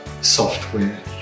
software